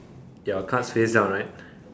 our cards face down right